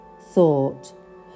thought